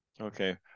Okay